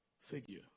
figure